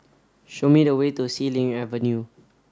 show me the way to Xilin Avenue